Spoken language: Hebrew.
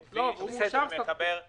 זה כביש שמחבר בין